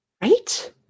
right